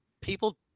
people